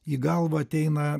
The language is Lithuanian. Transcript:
į galvą ateina